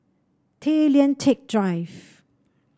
Tay Lian Teck Drive